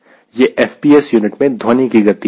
यह FPS unit में ध्वनि की गति है